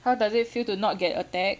how does it feel to not get attacked